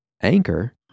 Anchor